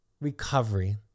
recovery